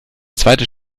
zweites